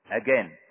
Again